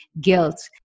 guilt